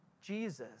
Jesus